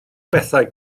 bethau